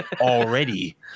already